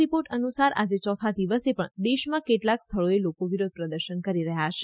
report અનુસાર આજે ચોથા દિવસે પણ દેશમાં કેટલાક સ્થળોઓએ લોકો વિરોધ પ્રદર્શન કરી રહ્યા છે